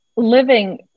living